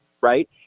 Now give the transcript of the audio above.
Right